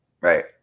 right